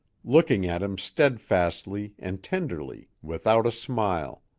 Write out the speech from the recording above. looking at him steadfastly and tenderly, without a smile.